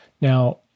Now